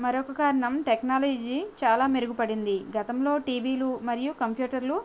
మరొక కారణం టెక్నాలజీ చాలా మెరుగుపడింది గతంలో టీవీలు మరియు కంప్యూటర్లు